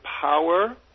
power